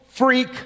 Freak